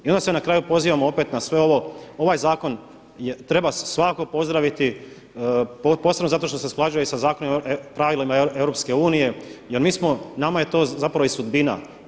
I onda se na kraju pozivamo opet na sve ovo, ovaj zakon treba svakako pozdraviti posebno zato što se i usklađuje i sa pravilima EU jer mi smo, nama je to zapravo i sudbina.